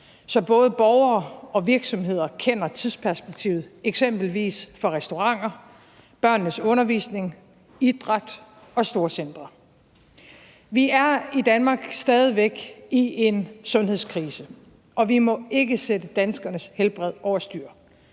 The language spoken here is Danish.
så både borgere og virksomheder kender tidsperspektivet, eksempelvis for restauranter, børnenes undervisning, idræt og storcentre. Vi er i Danmark stadig væk i en sundhedskrise, og vi må ikke sætte danskernes helbred over styr.